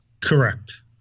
Correct